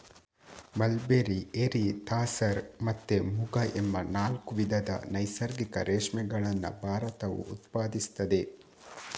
mulberry, eri, tasar ಮತ್ತೆ ಮುಗ ಎಂಬ ನಾಲ್ಕು ವಿಧದ ನೈಸರ್ಗಿಕ ರೇಷ್ಮೆಗಳನ್ನ ಭಾರತವು ಉತ್ಪಾದಿಸ್ತದೆ